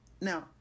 Now